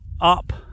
up